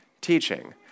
teaching